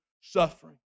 suffering